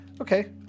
Okay